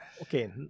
okay